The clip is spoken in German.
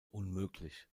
unmöglich